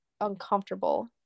uncomfortable